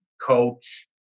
Coach